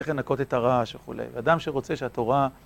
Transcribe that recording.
איך לנקות את הרעש וכולי. אדם שרוצה שהתורה...